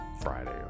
Friday